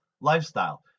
lifestyle